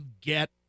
get